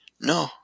No